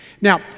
Now